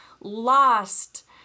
lost